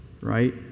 right